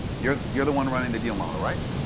you're you're the one running the deal model, right?